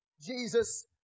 Jesus